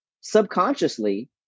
Subconsciously